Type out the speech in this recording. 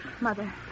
Mother